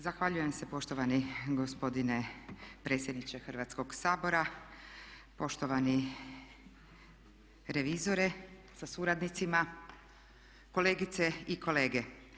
Zahvaljujem se poštovani gospodine predsjedniče Hrvatskog sabora, poštovani revizore sa suradnicima, kolegice i kolege.